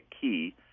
key